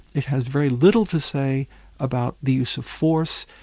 it has very little to say about the use of force.